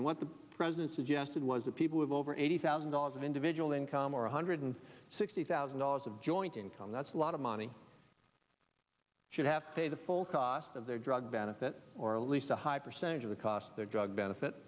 and what the president suggested was that people have over eighty thousand dollars of individual income or one hundred sixty thousand dollars of joint income that's a lot of money should have to pay the full cost of their drug benefit or at least a high percentage of the cost of their drug benefit